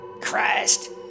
Christ